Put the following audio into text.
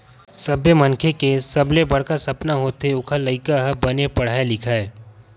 सब्बो मनखे के सबले बड़का सपना होथे ओखर लइका ह बने पड़हय लिखय